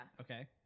Okay